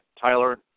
Tyler